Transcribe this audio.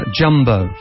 Jumbo